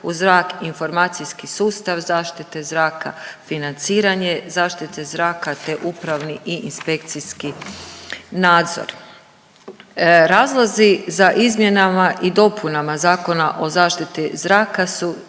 u zrak, informacijski sustav zaštite zraka, financiranje zaštite zraka te upravni i inspekcijski nadzor. Razlozi za izmjenama i dopunama Zakona o zaštiti zraka su